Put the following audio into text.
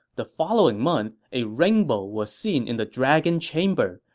the following month a rainbow was seen in the dragon chamber.